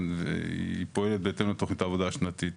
והיא פועלת בהתאם לתוכנית העבודה השנתית.